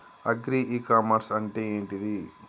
Agri e commerce అంటే ఏంటిది?